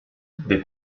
des